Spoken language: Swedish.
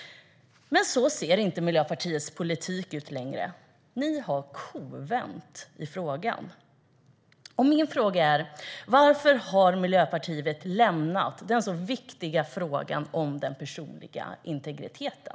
Men så ser inte Miljöpartiets politik ut längre. Ni har kovänt i frågan. Min fråga är: Varför har Miljöpartiet lämnat den så viktiga frågan om den personliga integriteten?